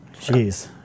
Jeez